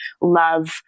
love